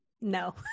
no